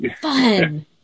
fun